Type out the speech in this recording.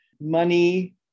money